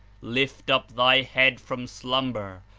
lift up thy head from slumber,